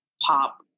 pop